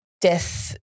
death